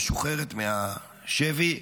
המשוחררת מהשבי,